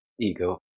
Ego